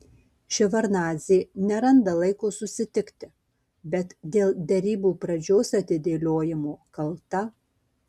ševardnadzė neranda laiko susitikti bet dėl derybų pradžios atidėliojimo kalta